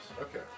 Okay